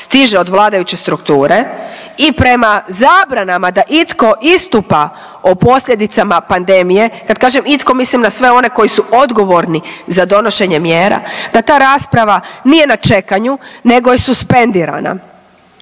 stiže od vladajuće strukture i prema zabranama da itko istupa o posljedicama pandemije, kad kažem itko mislim na sve one koji su odgovorni za donošenje mjera, da ta rasprava nije na čekanju nego je suspendirana,